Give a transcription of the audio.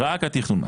רק התכנון מס?